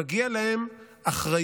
מגיעה להם אחריות